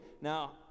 now